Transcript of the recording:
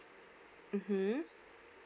mm hmm